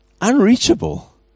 Unreachable